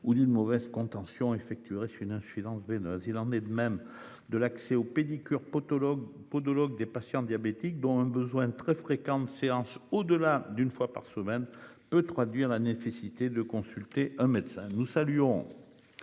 ou d'une mauvaise contention effectuerez fut une insuffisance veineuse, il en est de même de l'accès aux pédicures podologues podologue des patients diabétiques dont un besoin très fréquentes séances au delà d'une fois par semaine peut traduire la nécessité de consulter un médecin. Nous saluons.